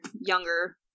younger